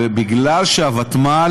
ומכיוון שהוותמ"ל,